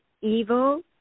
evil